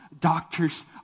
doctors